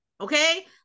okay